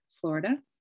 Florida